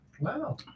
Wow